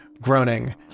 groaning